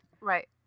right